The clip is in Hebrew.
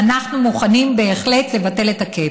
אנחנו מוכנים בהחלט לבטל את ה-cap.